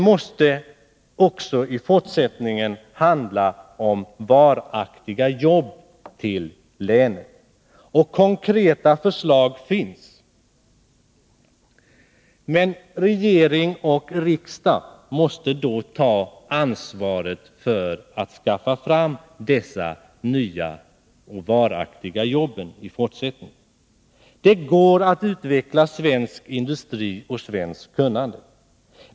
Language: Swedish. I fortsättningen måste det också handla om varaktiga jobb till länet. Konkreta förslag finns. Regering och riksdag måste ta ansvaret för att skaffa fram de jobben. Det går att utveckla svensk industri och svenskt kunnande.